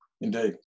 Indeed